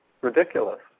ridiculous